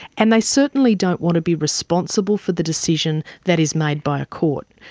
and they certainly don't want to be responsible for the decision that is made by a court.